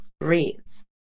reads